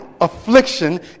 affliction